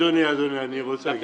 אדוני, אני רוצה להגיד לך.